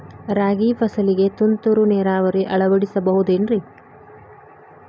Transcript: ರಾಗಿ ಫಸಲಿಗೆ ತುಂತುರು ನೇರಾವರಿ ಅಳವಡಿಸಬಹುದೇನ್ರಿ?